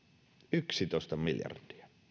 yksitoista miljardia